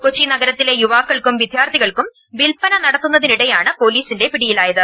കൊച്ചി നഗരത്തിലെ യുവാക്കൾക്കും വിദ്യാർത്ഥികൾക്കും വിൽപ്പന നടത്തുന്നതിനിടെയാണ് പൊലീസിന്റെ പിടിയിലായത്